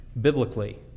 biblically